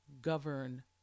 govern